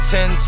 Ten